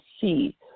see